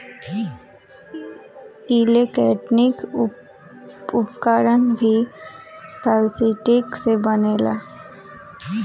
electronic उपकरण भी plastic से बनेला